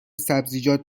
سبزیجات